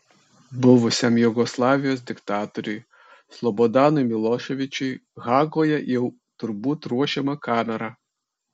buvusiam jugoslavijos diktatoriui slobodanui miloševičiui hagoje jau turbūt ruošiama kamera